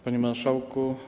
Panie Marszałku!